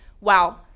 wow